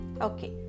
Okay